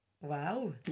wow